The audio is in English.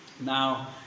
Now